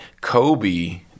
Kobe